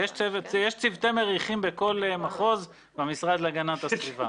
יש צוותי מריחים בכל מחוז במשרד להגנת הסביבה.